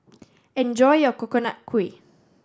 enjoy your Coconut Kuih